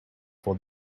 for